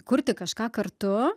kurti kažką kartu